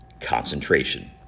concentration